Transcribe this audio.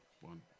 one